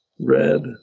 Red